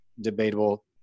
debatable –